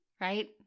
right